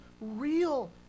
real